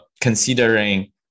considering